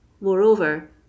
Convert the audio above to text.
Moreover